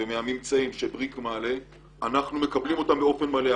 והממצאים שבריק מעלה אנחנו מקבלים אותם באופן מלא.